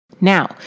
Now